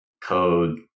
code